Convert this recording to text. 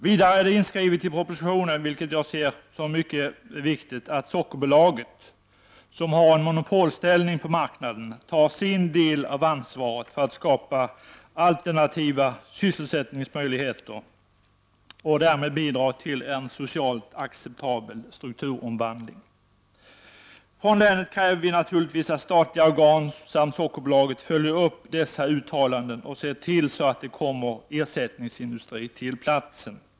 Vidare är det inskrivet i propositionen, vilket jag ser som mycket viktigt, att Sockerbolaget, som har en monopolställning på marknaden, tar sin del av ansvaret för att skapa alternativa sysselsättningsmöjligheter och därmed bidra till en socialt acceptabel strukturomvandling. Från länet kräver vi naturligtvis att statliga organ samt Sockerbolaget följer upp dessa uttalanden och ser till så att det kommer ersättningsindustri till platsen.